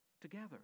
together